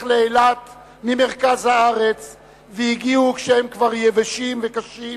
לאילת ממרכז הארץ והגיעו כשהם כבר יבשים וקשים,